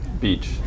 Beach